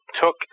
took